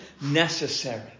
necessary